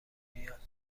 میاد